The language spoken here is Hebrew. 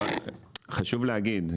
חשוב להגיד,